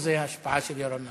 וזה ההשבעה של ירון מזוז.